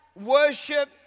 worship